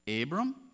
Abram